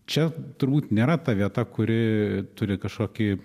čia turbūt nėra ta vieta kuri turi kažkokį